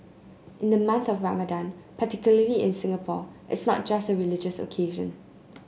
in the month of Ramadan particularly in Singapore it's not just a religious occasion